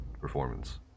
performance